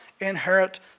inherit